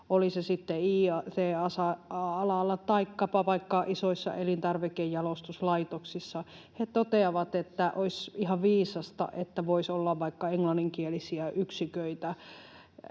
oli se sitten it-alalla tai vaikkapa isoissa elintarvikejalostuslaitoksissa, toteavat, että olisi ihan viisasta, että voisi olla vaikka englanninkielisiä yksiköitä